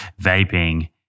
vaping